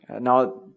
Now